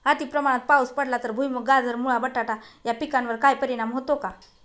अतिप्रमाणात पाऊस पडला तर भुईमूग, गाजर, मुळा, बटाटा या पिकांवर काही परिणाम होतो का?